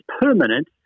permanent